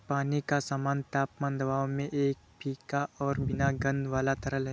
पानी का सामान्य तापमान दबाव में एक फीका और बिना गंध वाला तरल है